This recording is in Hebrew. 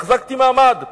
החזקתי מעמד.